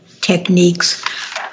techniques